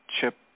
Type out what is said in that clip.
chip